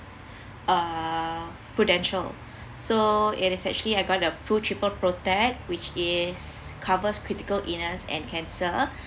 err prudential so it is actually I got a pru triple protect which is covers critical illness and cancer